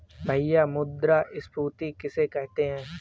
भैया मुद्रा स्फ़ीति किसे कहते हैं?